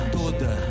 toda